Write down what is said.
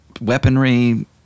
weaponry